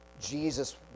Jesus